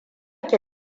ki